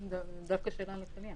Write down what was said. לא עובדת שם,